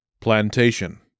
Plantation